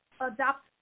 adapt